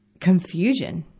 confusion,